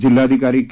जिल्हाधिकारी के